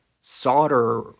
solder